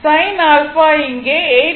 sin α இங்கே 8